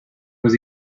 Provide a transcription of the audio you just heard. was